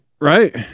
right